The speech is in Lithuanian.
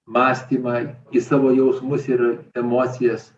mąstymą į savo jausmus ir emocijas